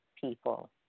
people